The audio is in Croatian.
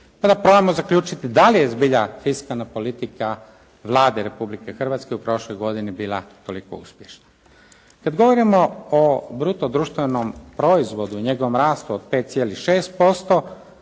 Kada probamo zaključiti da li je zbilja fiskalna politika Vlade Republike Hrvatske u prošloj godini bila toliko uspješna. Kad govorimo o bruto društvenom proizvodu, o njegovom rastu od 5,6%